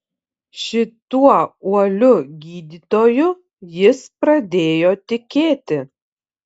šituo uoliu gydytoju jis pradėjo tikėti